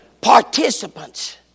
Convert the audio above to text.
participants